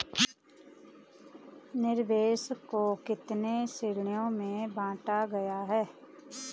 निवेश को कितने श्रेणियों में बांटा गया है?